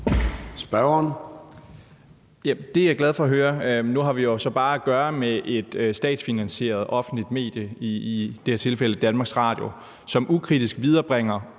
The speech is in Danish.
Bjørn (DF): Det er jeg glad for at høre. Nu har vi så bare at gøre med et statsfinansieret offentligt medie, i det her tilfælde DR, som ukritisk viderebringer